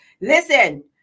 Listen